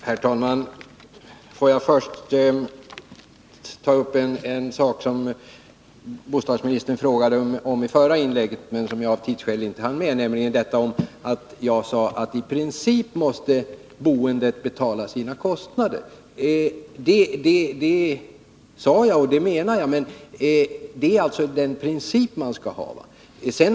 Herr talman! Får jag först ta upp en sak som bostadsministern frågade om i förra inlägget, men som jag av tidsskäl inte hann med, nämligen att jag sade att boendet i princip måste betala sina kostnader. Det sade jag, och det menade jag. Det är alltså den princip man skall ha.